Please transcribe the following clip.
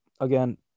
Again